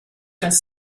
das